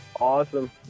Awesome